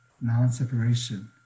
non-separation